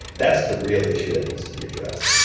that's the real issue that needs to be addressed.